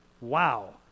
Wow